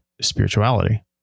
spirituality